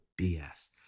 BS